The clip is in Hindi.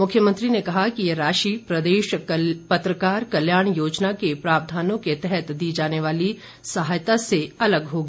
मुख्यमंत्री ने कहा कि ये राशि प्रदेश पत्रकार कल्याण योजना के प्रावधानों के तहत दी जाने वाली सहायता से अलग होगी